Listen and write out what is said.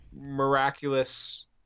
miraculous